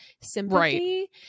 sympathy